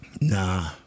Nah